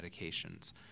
medications